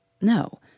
No